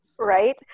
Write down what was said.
Right